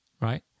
right